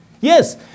Yes